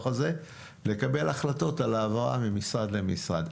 הזה לקבל החלטות על ההעברה ממשרד למשרד.